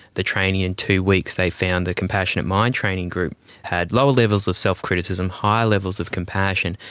the training in two weeks they found the compassionate mind training group had lower levels of self-criticism, higher levels of compassion,